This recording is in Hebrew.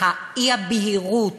והאי-בהירות